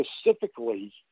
specifically